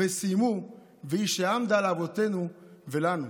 וסיימו "והיא שעמדה לאבותינו ולנו".